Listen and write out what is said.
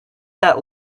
that